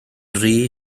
rhy